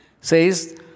says